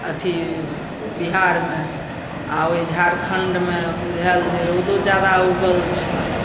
अथी बिहारमे आओर ओहि झारखण्डमे बुझाएल जे रौदो जादा उगल छै